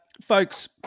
Folks